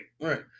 Right